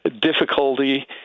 difficulty